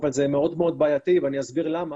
אבל זה מאוד מאוד בעייתי ואני אסביר למה.